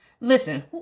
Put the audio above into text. Listen